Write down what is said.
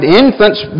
infants